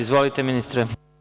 Izvolite, ministar.